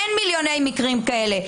אין מיליוני מקרים כאלה.